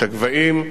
את הגבהים.